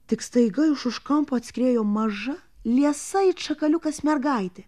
tik staiga iš už kampo atskriejo maža liesa it šakaliukas mergaitė